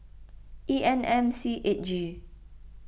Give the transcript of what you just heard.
E N M C eight G